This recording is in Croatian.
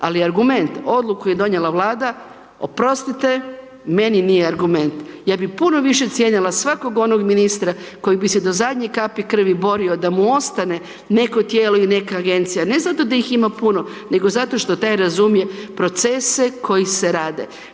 ali argument, odluku je donijela Vlada, oprostite, meni nije argument. Ja bi puno više cijenila svakog onog ministra koji bi se do zadnje kapi krvi borio da mu ostane neko tijelo i neka agencija ne zato da ih ima puno nego zato što taj razumije procese koji se rade.